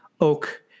oak